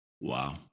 Wow